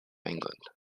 england